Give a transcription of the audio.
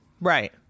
right